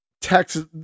texas